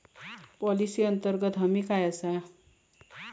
Policy अंतर्गत हमी काय आसा?